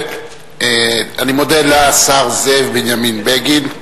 אני מודה לשר זאב בנימין בגין.